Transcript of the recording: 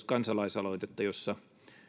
kansalaisaloitetta jossa